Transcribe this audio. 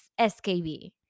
SKB